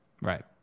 Right